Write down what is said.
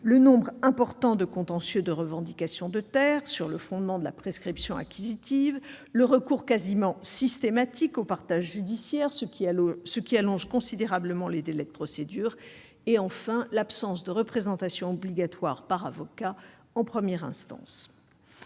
le nombre important de contentieux de revendication de terres sur le fondement de la prescription acquisitive, le recours quasiment systématique aux partages judiciaires, ce qui allonge considérablement les délais de procédure, et, enfin, l'absence de représentation obligatoire par avocat en première instance.